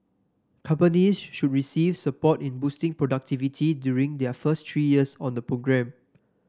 companies should receive support in boosting productivity during their first three years on the programme